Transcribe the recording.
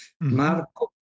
Marco